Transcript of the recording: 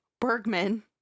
Bergman